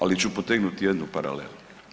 Ali ću potegnuti jednu paralelu.